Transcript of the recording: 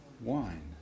wine